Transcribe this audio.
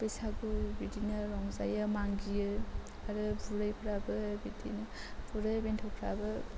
बैसागु बिदिनो रंजायो मागियो आरो बुरैफोराबो बिदिनो बुरै बेन्थ'फोराबो